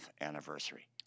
anniversary